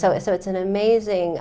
so it's an amazing